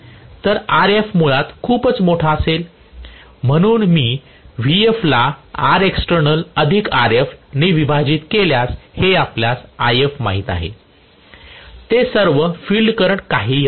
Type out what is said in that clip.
तर Rf मुळात खूपच मोठा असेल म्हणून मी Vf ला Rexternal अधिक Rf ने विभाजित केल्यास हे आपल्यास IF माहित आहे ते सर्व फिल्ड करंट काहीहि असू द्या